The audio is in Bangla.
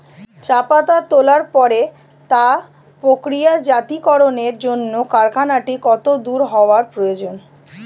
চা পাতা তোলার পরে তা প্রক্রিয়াজাতকরণের জন্য কারখানাটি কত দূর হওয়ার প্রয়োজন?